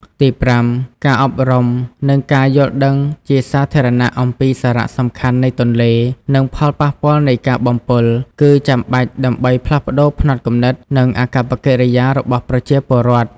ទីប្រាំ ការអប់រំ និងការយល់ដឹងជាសាធារណៈអំពីសារៈសំខាន់នៃទន្លេ និងផលប៉ះពាល់នៃការបំពុល គឺចាំបាច់ដើម្បីផ្លាស់ប្តូរផ្នត់គំនិត និងអាកប្បកិរិយារបស់ប្រជាពលរដ្ឋ។